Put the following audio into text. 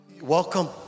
Welcome